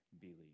believe